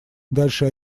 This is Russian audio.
дальше